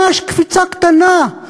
ממש קפיצה קטנה,